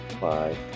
Bye